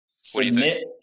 Submit